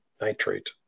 nitrate